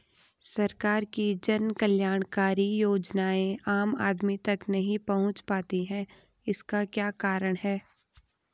सरकार की जन कल्याणकारी योजनाएँ आम आदमी तक नहीं पहुंच पाती हैं इसका क्या कारण है?